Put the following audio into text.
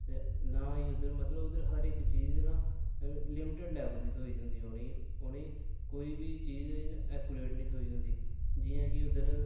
नां हीं उद्धर मतलब उद्धर हर इक चीज लिमटड लैबल दी थ्होई दी होंदी उ'नेंगी कोई बी चीज इ'यां एकूरेट नीं थ्होई दी होंदी जियां कि उद्धर